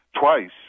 twice